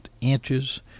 inches